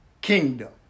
kingdom